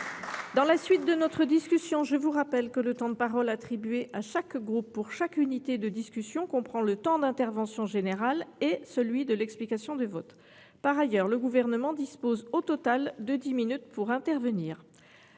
! Mes chers collègues, je vous rappelle que le temps de parole attribué à chaque groupe pour chaque discussion comprend le temps de l’intervention générale et celui de l’explication de vote. Par ailleurs, le Gouvernement dispose au total de dix minutes pour intervenir.